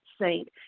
Saint